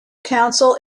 council